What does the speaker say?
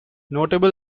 notable